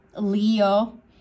leo